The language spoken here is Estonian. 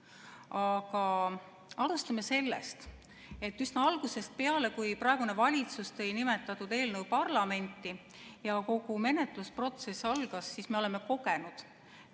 Aga alustame sellest, et üsna algusest peale, kui praegune valitsus tõi nimetatud eelnõu parlamenti ja kogu menetlusprotsess algas, oleme me kogenud,